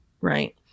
right